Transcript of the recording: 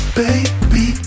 baby